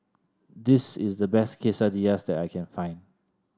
this is the best Quesadillas that I can find